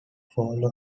fall